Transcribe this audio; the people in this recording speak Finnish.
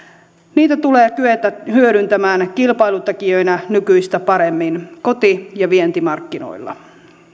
niitä tulee kyetä hyödyntämään kilpailutekijöinä nykyistä paremmin koti ja vientimarkkinoilla